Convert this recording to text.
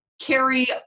carry